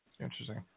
Interesting